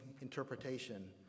interpretation